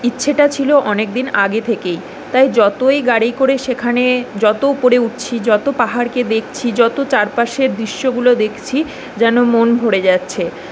ইচ্ছেটা ছিল অনেক দিন আগে থেকেই তাই যতই গাড়ি করে সেখানে যত উপরে উটছি যত পাহাড়কে দেখছি যত চারপাশের দৃশ্যগুলো দেখছি যেন মন ভরে যাচ্ছে